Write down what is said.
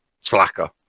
slacker